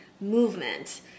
movement